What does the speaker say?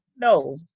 No